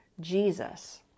Jesus